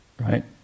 right